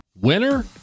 Winner